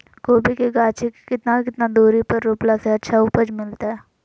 कोबी के गाछी के कितना कितना दूरी पर रोपला से अच्छा उपज मिलतैय?